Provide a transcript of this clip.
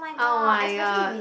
oh-my-god